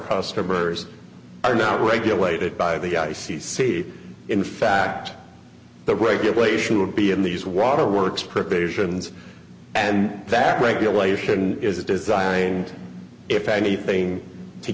customers are not regulated by the i c c in fact the regulation would be in these waterworks provisions and that regulation is designed if anything to